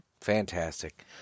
fantastic